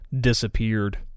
disappeared